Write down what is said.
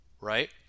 right